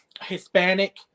Hispanic